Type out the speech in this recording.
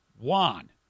Juan